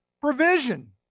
Provision